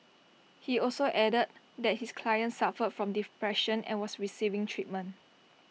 he also added that his client suffered from depression and was receiving treatment